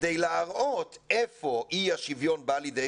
כדי להראות איפה אי השוויון בא לידי